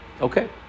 Okay